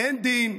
אין דין,